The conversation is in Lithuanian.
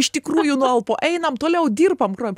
iš tikrųjų nualpo einam toliau dirbam